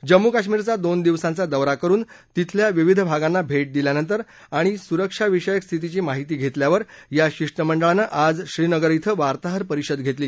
जम्मू कश्मीरचा दोन दिवसांचा दौरा करुन तिथल्या विविध भागांना भेट दिल्यानंतर आणि सुरक्षाविषयक स्थितीची माहिती घेतल्यावर या शिष्टमंडळानं आज श्रीनगर इथं वार्ताहर परिषद घेतली